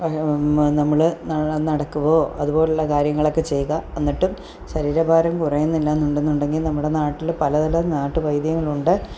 നമ്മൾ നടക്കുവോ അതുപോലെയുള്ള കാര്യങ്ങൾ ഒക്കെ ചെയ്യുക എന്നിട്ടും ശരീര ഭാരം കുറയുന്നില്ല എന്നുണ്ടെന്നുണ്ടെങ്കിൽ നമ്മുടെ നാട്ടിൽ പല തരം നാട്ട് വൈദ്യങ്ങളുണ്ട്